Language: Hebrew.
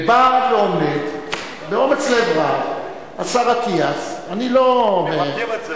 ובא ועומד באומץ לב רב השר אטיאס, מכבדים את זה.